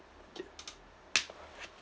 okay